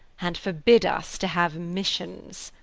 and forbid us to have missions.